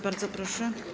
Bardzo proszę.